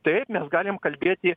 taip mes galim kalbėti